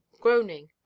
groaning